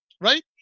right